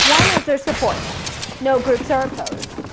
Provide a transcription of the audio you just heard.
one is their support no groups are opposed.